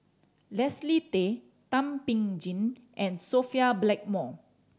Leslie Tay Thum Ping Tjin and Sophia Blackmore